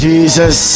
Jesus